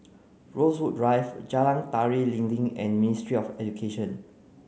Rosewood Drive Jalan Tari Lilin and Ministry of Education